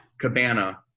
cabana